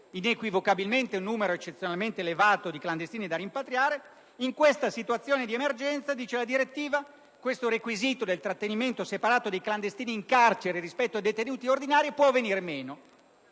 inequivocabilmente un numero eccezionalmente elevato di clandestini da rimpatriare): cioè, in tali situazioni il requisito del trattenimento separato dei clandestini in carcere rispetto ai detenuti ordinari può venire meno.